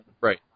Right